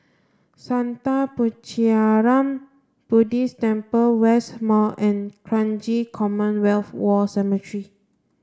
Sattha Puchaniyaram Buddhist Temple West Mall and Kranji Commonwealth War Cemetery